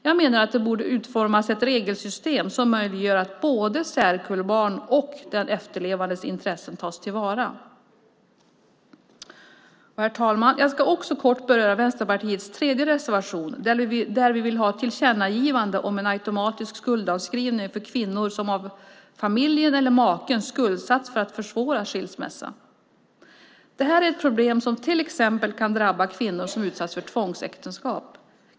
Jag menar att det borde utformas ett regelsystem som möjliggör att både särkullbarn och den efterlevandes intressen tas till vara. Herr talman! Jag ska också kort beröra Vänsterpartiets tredje reservation, där vi vill ha ett tillkännagivande om en automatisk skuldavskrivning för kvinnor som av familjen eller maken skuldsatts för att försvåra skilsmässa. Det här är ett problem som till exempel kan drabba kvinnor som utsatts för tvångsäktenskap.